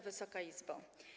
Wysoka Izbo!